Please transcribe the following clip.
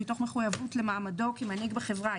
מתוך מחויבות למעמדו כמנהיג בחברה,